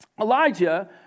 Elijah